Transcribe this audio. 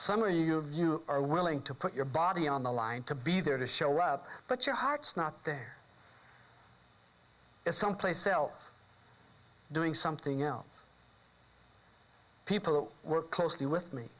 are you you are willing to put your body on the line to be there to show up but your heart's not there is some place else doing something else people who work closely with me